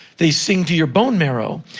they sing to your bone marrow.